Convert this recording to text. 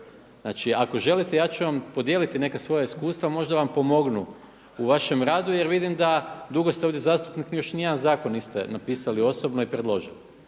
Znači ako želite ja ću vam podijeliti neka svoja iskustva, možda vam pomognu u vašem rad jer vidim da dugo ste ovdje zastupnik, još niti jedan zakon niste napisali osobno i predložili.